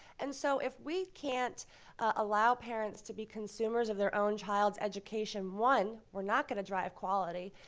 and so if we can't allow parents to be consumers of their own child's education, one, we're not going to drive quality,